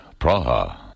Praha